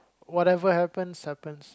whatever happens happens